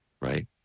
right